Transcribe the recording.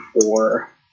four